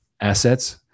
assets